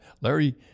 Larry